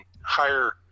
higher